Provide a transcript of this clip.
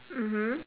mmhmm